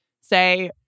say